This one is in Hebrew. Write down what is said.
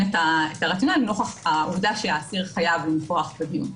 את הרציונל נוכח העובדה שהאסיר חייב לנכוח בדיון.